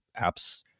apps